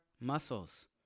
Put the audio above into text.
muscles